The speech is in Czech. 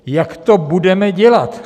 Jak to budeme dělat?